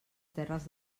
terres